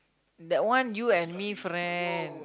that one you and me friend